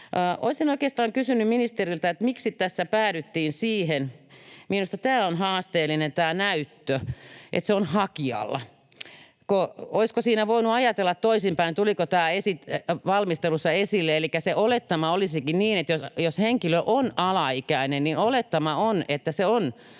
Olisin oikeastaan kysynyt ministeriltä: miksi tässä päädyttiin siihen? Minusta tämä näyttö on haasteellinen, se, että se on hakijalla. Olisiko siinä voinut ajatella toisinpäin, tuliko tämä valmisteluissa esille? Elikkä että se olettama olisikin niin, että jos henkilö on alaikäinen, niin olettama on, että se on